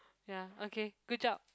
ya okay good job